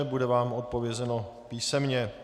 Bude vám odpovězeno písemně.